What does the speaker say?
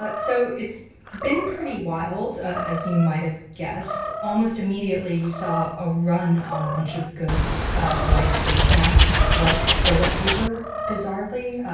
but so it's been pretty wild, as you might have guessed. almost immediately, you saw a run on a bunch of goods ah like face masks, like toilet paper, bizarrely,